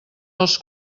dels